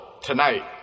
tonight